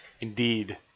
Indeed